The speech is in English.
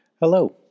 Hello